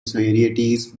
varieties